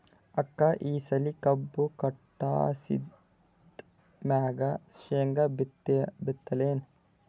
ಅಕ್ಕ ಈ ಸಲಿ ಕಬ್ಬು ಕಟಾಸಿದ್ ಮ್ಯಾಗ, ಶೇಂಗಾ ಬಿತ್ತಲೇನು?